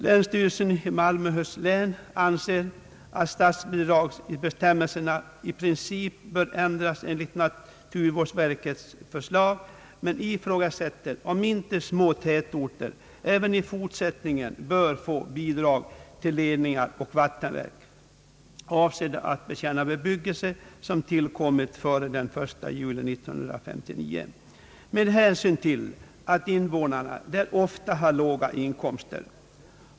Länsstyrelsen i Malmöhus län anser att statsbidragsbestämmelserna i princip bör ändras enligt naturvårdsverkets förslag men ifrågasätter om inte små tätorter även i fortsättningen bör få bidrag till ledningar och vattenverk, avsedda att betjäna bebyggelse som tillkommit före den 1 juli 1959, med hänsyn till att invånarna där ofta har låga inkomster.